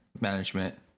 management